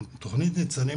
תוכנית ניצנים,